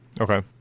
Okay